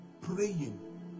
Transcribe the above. praying